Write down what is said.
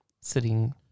sitting